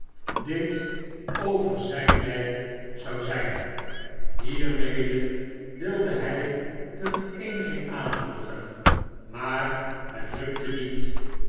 dit over zyn ljjk zou zija hierraede wilde hy de vereenigingaanmoedigen maar het gelukte niet